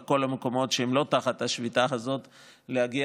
בכל המקומות שהם לא תחת השביתה הזאת להגיע